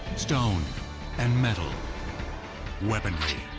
stone and metal weaponry,